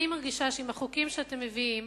אני מרגישה שבחוקים שאתם מביאים,